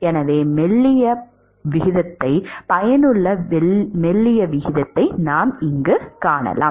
எனவே பயனுள்ள மெல்லிய விகிதத்தை நாம் காணலாம்